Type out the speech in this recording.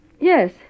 yes